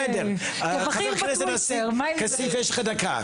בסדר, חבר הכנסת כסיף יש לך דקה,